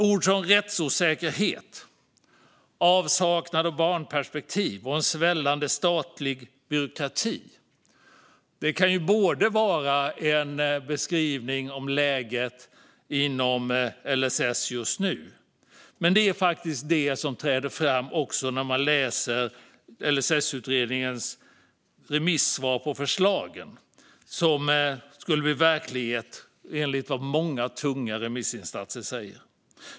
Ord som rättsosäkerhet, avsaknad av barnperspektiv och en svällande statlig byråkrati kan vara en beskrivning av läget inom LSS just nu. Men det träder också fram när man läser remissvaren på LSS-utredningens förslag om de skulle bli verklighet, enligt många tunga remissinstanser.